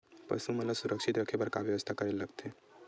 पशु मन ल सुरक्षित रखे बर का बेवस्था करेला लगथे?